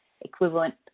equivalent